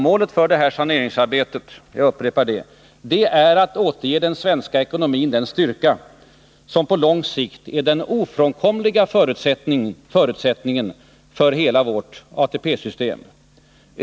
Målet för det här saneringsarbetet är — jag upprepar det — att återge den svenska ekonomin den styrka som på lång sikt är den ofrånkomliga förutsättningen för hela vårt ATP-system.